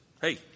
hey